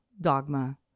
Dogma